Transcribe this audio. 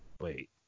Wait